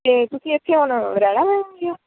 ਅਤੇ ਤੁਸੀਂ ਇੱਥੇ ਹੁਣ ਰਹਿਣ ਆਉਣਾ ਆ